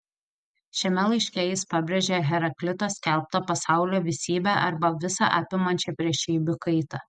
šiame laiške jis pabrėžia heraklito skelbtą pasaulio visybę arba visą apimančią priešybių kaitą